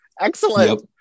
Excellent